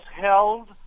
held